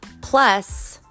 plus